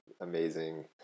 amazing